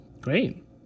Great